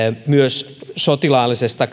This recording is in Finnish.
myös sotilaallisesta